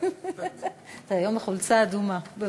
היום בחולצה אדומה.